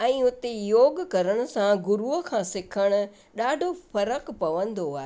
ऐं उते योग करण सां गुरूअ खां सिखण ॾाढो फ़र्कु पवंदो आहे